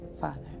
father